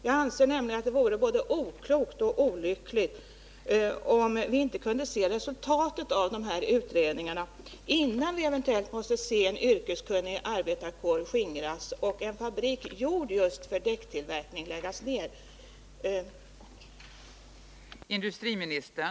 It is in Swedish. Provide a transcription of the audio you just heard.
Jag anser nämligen att det vore både oklokt och olyckligt om vi inte kunde se resultatet av de här utredningarna, innan vi eventuellt måste se en yrkeskunnig arbetarkår skingras och en fabrik gjord just för däckstillverkning läggas ned.